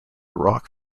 rock